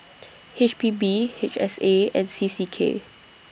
H P B H S A and C C K